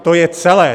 To je celé.